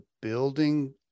building